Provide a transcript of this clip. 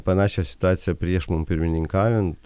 panašią situaciją prieš mum pirmininkaujant